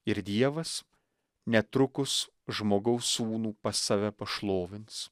ir dievas netrukus žmogaus sūnų pas save pašlovins